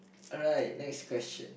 alright next question